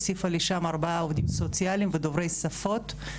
הוסיפה לשם ארבעה עובדים סוציאליים ודוברי שפות.